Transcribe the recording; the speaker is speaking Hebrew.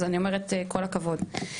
אז אני אומרת כל הכבוד.